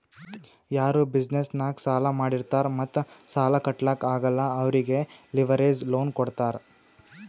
ಯಾರು ಬಿಸಿನೆಸ್ ನಾಗ್ ಸಾಲಾ ಮಾಡಿರ್ತಾರ್ ಮತ್ತ ಸಾಲಾ ಕಟ್ಲಾಕ್ ಆಗಲ್ಲ ಅವ್ರಿಗೆ ಲಿವರೇಜ್ ಲೋನ್ ಕೊಡ್ತಾರ್